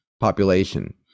population